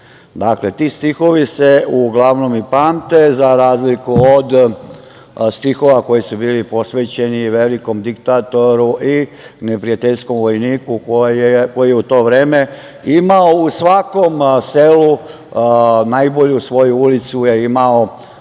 brata“.Dakle, ti stihovi se uglavnom i pamte, za razliku od stihova koji su bili posvećeni velikom diktatoru i neprijateljskom vojniku, koji je u to vreme imao u svakom selu najbolju svoju ulicu pod